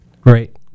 Great